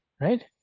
right